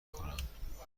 کنم